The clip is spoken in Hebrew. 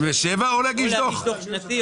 או להגיש דוח שנתי,